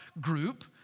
group